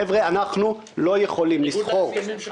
חבר'ה, אנחנו לא יכולים לסחור.